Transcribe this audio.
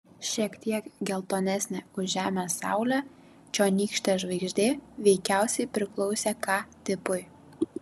šiek tiek geltonesnė už žemės saulę čionykštė žvaigždė veikiausiai priklausė k tipui